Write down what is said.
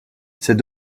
c’est